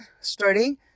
studying